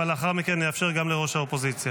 אבל לאחר מכן אני אאפשר גם לראש האופוזיציה.